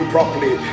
Properly